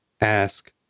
ask